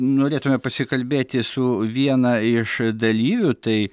norėtume pasikalbėti su viena iš dalyvių tai